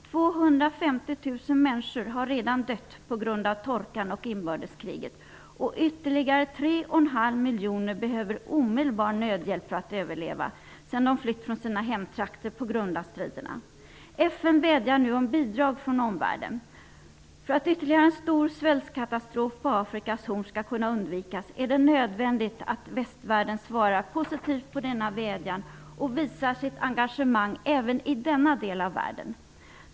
250 000 människor har redan dött på grund av torkan och inbördeskriget, och ytterligare 3,5 miljoner behöver omedelbar nödhjälp för att överleva sedan de flytt från sina hemtrakter på grund av striderna. FN vädjar nu om bidrag från omvärlden. För att ytterligare en stor svältkatastrof på Afrikas horn skall kunna undvikas är det nödvändigt att västvärlden svarar positivt på denna vädjan och visar sitt engagemang även i denna del av världen.